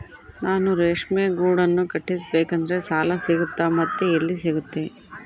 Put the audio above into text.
ನಾನು ರೇಷ್ಮೆ ಗೂಡನ್ನು ಕಟ್ಟಿಸ್ಬೇಕಂದ್ರೆ ಸಾಲ ಸಿಗುತ್ತಾ ಮತ್ತೆ ಎಲ್ಲಿ ಸಿಗುತ್ತೆ?